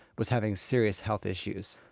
was having serious health issues.